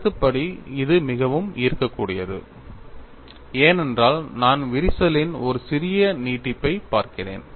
கருத்துப்படி இது மிகவும் ஈர்க்கக்கூடியது ஏனென்றால் நான் விரிசலின் ஒரு சிறிய நீட்டிப்பைப் பார்க்கிறேன்